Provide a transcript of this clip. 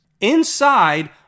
inside